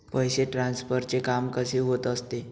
पैसे ट्रान्सफरचे काम कसे होत असते?